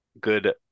good